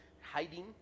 hiding